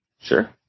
Sure